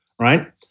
right